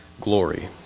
glory